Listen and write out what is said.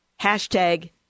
hashtag